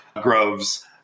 Groves